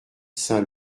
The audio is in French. saint